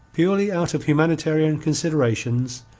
purely out of humanitarian considerations,